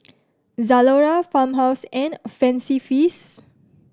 Zalora Farmhouse and Fancy Feast